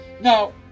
now